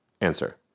Answer